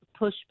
pushback